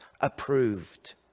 approved